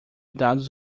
dados